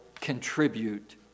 contribute